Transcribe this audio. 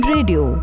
Radio